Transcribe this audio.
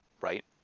right